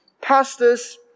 pastors